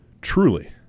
truly